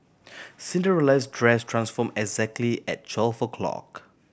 Cinderella's dress transform exactly at twelve o'clock